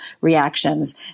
reactions